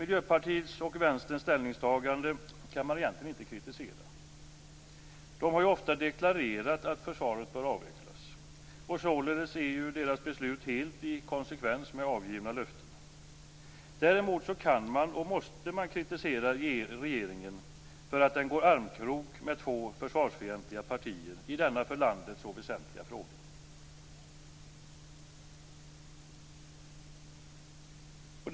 Miljöpartiets och Vänsterpartiets ställningstagande kan man egentligen inte kritisera. Däremot kan man och måste man kritisera regeringen för att den går armkrok med två försvarsfientliga partier i denna för landet så väsentliga fråga.